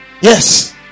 yes